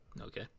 Okay